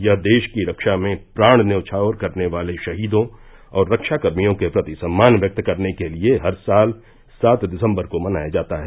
यह देश की रक्षा में प्राण न्यौछावर करने वाले शहीदों और रक्षाकर्मियों के प्रति सम्मान व्यक्त करने के लिए हर साल सात दिसम्बर को मनाया जाता है